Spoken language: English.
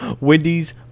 Wendy's